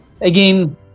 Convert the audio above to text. again